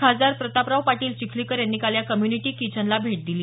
खासदार प्रतापराव पाटील चिखलीकर यांनी काल या कम्युनिटी किचनला भेट दिली